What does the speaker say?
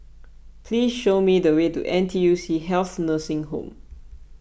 please show me the way to N T U C Health Nursing Home